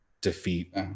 defeat